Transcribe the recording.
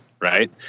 right